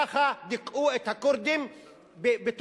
ככה דיכאו את הכורדים בטורקיה,